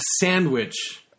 sandwich